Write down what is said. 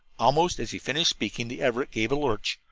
almost as he finished speaking the everett gave a lurch,